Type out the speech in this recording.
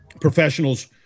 professionals